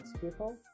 people